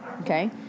Okay